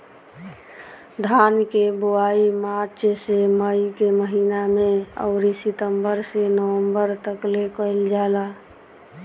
धान के बोआई मार्च से मई के महीना में अउरी सितंबर से नवंबर तकले कईल जाला